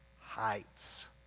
heights